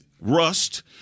rust